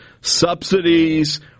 subsidies